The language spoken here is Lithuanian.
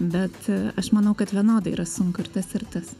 bet aš manau kad vienodai yra sunku ir tas ir tas